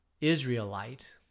Israelite